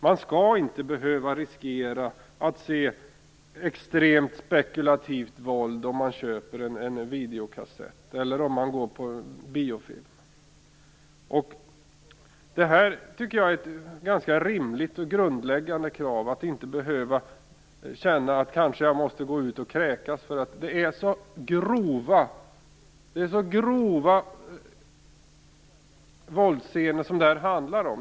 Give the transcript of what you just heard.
Man skall inte behöva riskera att se extremt, spekulativt våld om man köper en videokassett eller om man går på biofilm. Det här tycker jag är ett ganska rimligt och grundläggande krav: Man skall inte behöva känna att man kanske måste gå ut och kräkas för att det är så grova våldsscener som det handlar om.